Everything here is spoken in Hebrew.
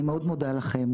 אני מאוד מודה לכם,